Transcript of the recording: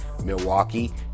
Milwaukee